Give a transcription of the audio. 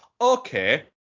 okay